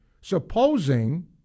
supposing